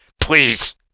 please